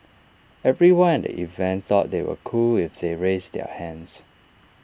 everyone at the event thought they were cool if they raised their hands